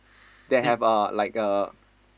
that have a like a